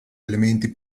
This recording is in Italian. elementi